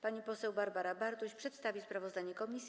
Pani poseł Barbara Bartuś przedstawi sprawozdanie komisji.